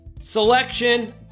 Selection